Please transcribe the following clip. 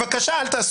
גם אני אומר